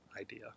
idea